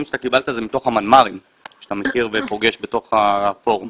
שקיבלת זה מתוך המנמ"רים שאתה מכיר ופוגש בתוך הפורום.